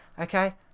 okay